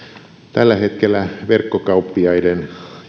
tällä hetkellä verkkokauppiaiden